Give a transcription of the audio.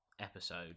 episode